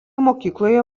mokykloje